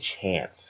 chance